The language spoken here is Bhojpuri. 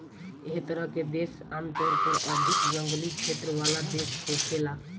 एह तरह के देश आमतौर पर अधिक जंगली क्षेत्र वाला देश होखेला